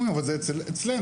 אתם אומרים שזה אצלנו.